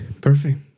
perfect